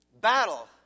battle